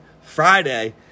Friday